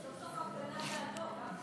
סוף-סוף הפגנה בעדו.